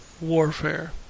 Warfare